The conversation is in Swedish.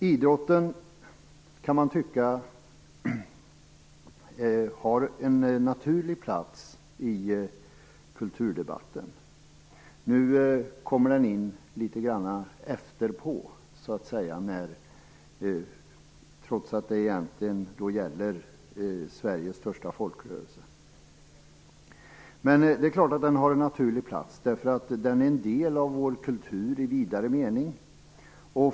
Idrotten har, kan man tycka, en naturlig plats i kulturdebatten. Nu kommer den in så att säga litet grand efteråt - trots att det egentligen alltså gäller Sveriges största folkrörelse. Det är klart att den har en naturlig plats. Den är en del av vår kultur i vidare mening.